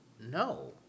No